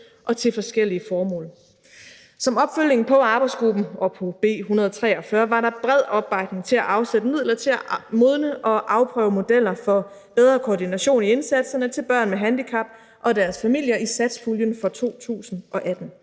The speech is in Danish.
og til forskellige formål. Som opfølgning på arbejdsgruppen og på B 143 var der bred opbakning til at afsætte midler til at modne og afprøve modeller for bedre koordination i indsatserne til børn med handicap og deres familier i satspuljen for 2018.